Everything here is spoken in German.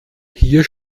hier